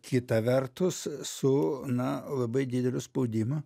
kita vertus su na labai dideliu spaudimu